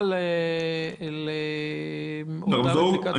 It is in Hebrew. חקיקה לאפליקציית הרמזור.